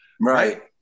Right